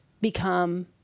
become